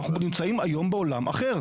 אנחנו נמצאים היו בעולם אחר,